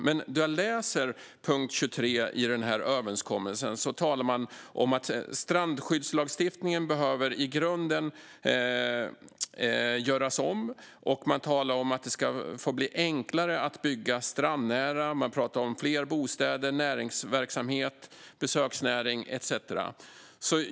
Men i punkt 23 i överenskommelsen talar man om att strandskyddslagstiftningen i grunden behöver göras om. Man talar om att det ska bli enklare att bygga strandnära. Man talar om fler bostäder, näringsverksamhet, besöksnäring etcetera.